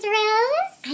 rose